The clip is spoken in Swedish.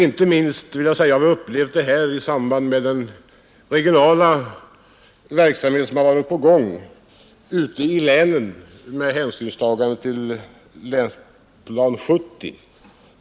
Inte minst har vi upplevt detta i samband med den regionala verksamhet som bedrivits i länen med anledning av Länsplan 70.